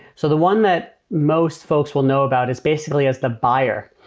so the one that most folks will know about is basically as the buyer.